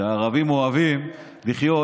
שהערבים אוהבים לחיות,